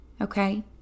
okay